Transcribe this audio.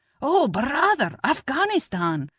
o, bur-raa-ther, afghanistan,